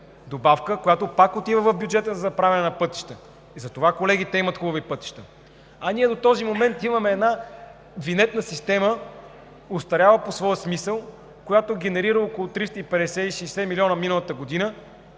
която пак отива в бюджета за правене на пътища. Затова, колеги, те имат хубави пътища. А ние до този момент имаме една винетна система, остаряла по своя смисъл, която генерира около 350 – 360 милиона миналата година,